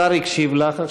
השר הקשיב לך.